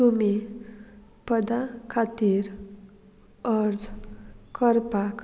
तुमी पदां खातीर अर्ज करपाक